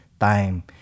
time